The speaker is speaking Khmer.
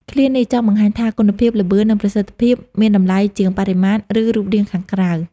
ឃ្លានេះចង់បង្ហាញថា គុណភាព ល្បឿន និងប្រសិទ្ធភាពមានតម្លៃជាងបរិមាណ ឬរូបរាងខាងក្រៅ។